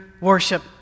worship